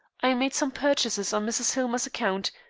i made some purchases on mrs. hillmer's account,